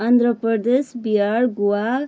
Andhra Pradesh Bihar Goa